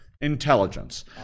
Intelligence